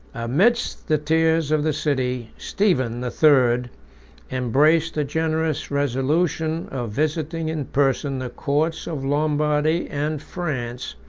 amidst the tears of the city, stephen the third embraced the generous resolution of visiting in person the courts of lombardy and france,